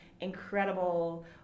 incredible